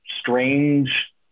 strange